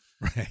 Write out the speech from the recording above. Right